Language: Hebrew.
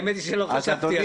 האמת היא שלא חשבתי על זה.